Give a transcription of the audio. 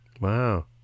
Wow